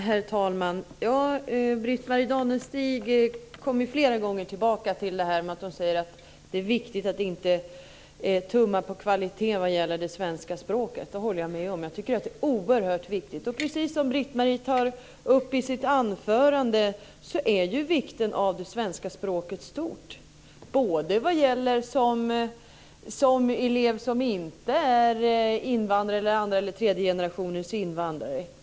Herr talman! Britt-Marie Danestig kommer flera gånger tillbaka till detta med att det är viktigt att inte tumma på kvaliteten vad gäller det svenska språket och det håller jag med om. Jag tycker att det är oerhört viktigt. Precis som Britt-Marie säger i sitt anförande är vikten av det svenska språket stor, vad gäller både elever som inte är invandrare och elever som är andra eller tredje generationens invandrare.